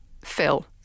Phil